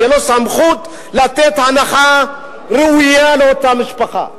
תהיה להם סמכות לתת הנחה ראויה לאותה משפחה,